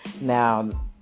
Now